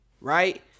right